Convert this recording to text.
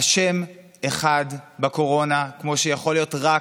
אשם אחד בקורונה, כמו שיכול להיות רק